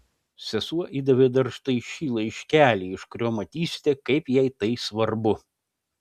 sesuo įdavė dar štai šį laiškelį iš kurio matysite kaip jai tai svarbu